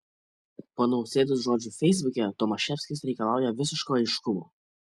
po nausėdos žodžių feisbuke tomaševskis reikalauja visiško aiškumo